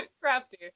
Crafty